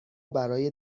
برای